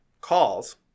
calls